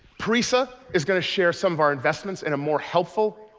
parisa is going to share some of our investments in a more helpful,